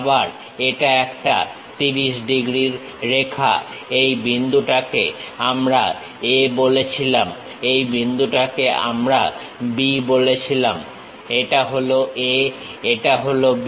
আবার এটা একটা 30 ডিগ্রীর রেখা এই বিন্দুটাকে আমরা A বলেছিলাম এই বিন্দুটাকে আমরা B বলেছিলাম এটা হল A এটা হল B